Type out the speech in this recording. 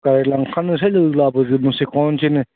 गारि लांखानोसै होलाबोजोबनोसै खनसेनो